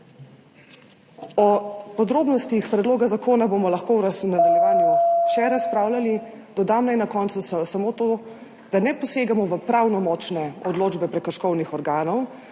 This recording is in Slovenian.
O podrobnostih predloga zakona bomo lahko v nadaljevanju še razpravljali, dodam naj na koncu samo to, da ne posegamo v pravnomočne odločbe prekrškovnih organov,